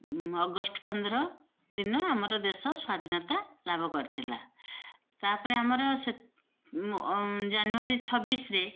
August ପନ୍ଦର ଦିନ ଆମର ଦେଶ ସ୍ଵାଧିନତା ଲାଭ କରିଥିଲା ତା'ପରେ ଆମର ସେ ଜାନୁଆରୀ ଛବିଶରେ